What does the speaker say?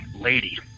lady